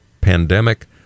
pandemic